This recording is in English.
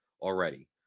already